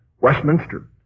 Westminster